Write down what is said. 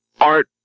Art